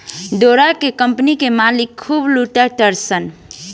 डोरा के कम्पनी के मालिक खूब लूटा तारसन